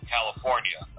California